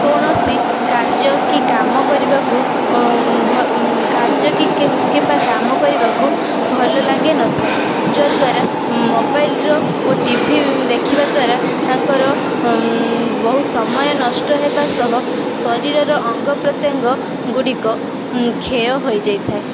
କୌଣସି କାର୍ଯ୍ୟ କି କାମ କରିବାକୁ ଭ କାର୍ଯ୍ୟ କି କି କିମ୍ବା କାମ କରିବାକୁ ଭଲ ଲାଗିନଥାଏ ଯଦ୍ଵାରା ମୋବାଇଲର ଓ ଟି ଭି ଦେଖିବା ଦ୍ବାରା ତାଙ୍କର ବହୁତ ସମୟ ନଷ୍ଟ ହେବା ସହ ଶରୀରର ଅଙ୍ଗପ୍ରତ୍ୟଙ୍ଗ ଗୁଡ଼ିକ କ୍ଷୟ ହୋଇଯାଇଥାଏ